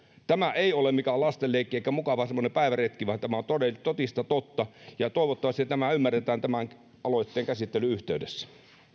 tämä ei ole mitään lastenleikkiä eikä mukava päiväretki vaan tämä on totista totta ja toivottavasti tämä ymmärretään tämän aloitteen käsittelyn yhteydessä